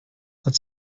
hat